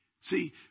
See